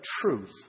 truth